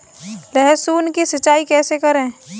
लहसुन की सिंचाई कैसे करें?